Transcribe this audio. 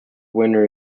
winner